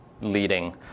leading